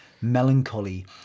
melancholy